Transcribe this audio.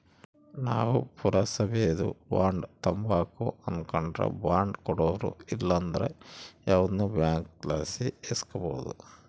ನಾವು ಪುರಸಬೇದು ಬಾಂಡ್ ತಾಂಬಕು ಅನಕಂಡ್ರ ಬಾಂಡ್ ಕೊಡೋರು ಇಲ್ಲಂದ್ರ ಯಾವ್ದನ ಬ್ಯಾಂಕ್ಲಾಸಿ ಇಸ್ಕಬೋದು